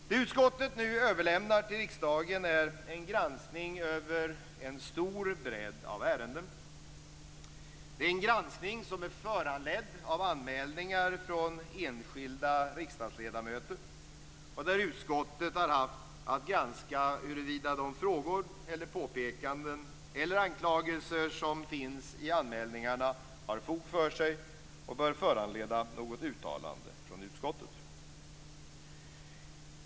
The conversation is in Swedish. Det utskottet nu överlämnar till riksdagen är en granskning över en stor bredd av ärenden. Det är en granskning som är föranledd av anmälningar från enskilda riksdagsledamöter, där utskottet har haft att granska huruvida de frågor eller påpekanden eller anklagelser som finns i anmälningarna har fog för sig och bör föranleda något uttalande från utskottet.